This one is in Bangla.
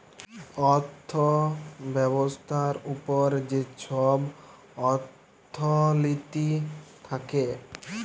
অথ্থ ব্যবস্থার উপর যে ছব অথ্থলিতি থ্যাকে